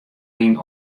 lyn